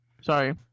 Sorry